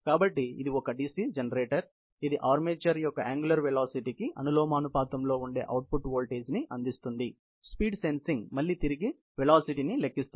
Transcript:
కాబట్టి ఇది ఒక DC జెనరేటర్ ఇది ఇది ఆర్మేచర్ యొక్క యాంగులర్ వెలాసిటీకి అనులోమానుపాతంలో ఉండే అవుట్పుట్ వోల్టేజ్ను అందిస్తుంది స్పీడ్ సెన్సింగ్ మళ్లీ తిరిగి వెలాసిటీ ని లెక్కిస్తుంది